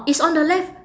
it's on the left